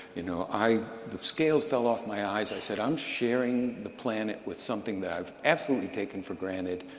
you know, i the scales fell off my eyes. i said, i'm sharing the planet with something that i've absolutely taken for granted.